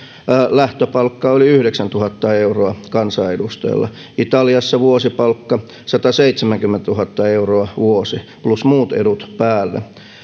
lähtöpalkka on yli yhdeksäntuhatta euroa kansanedustajalla italiassa vuosipalkka sataseitsemänkymmentätuhatta euroa vuosi plus muut edut päälle